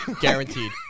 guaranteed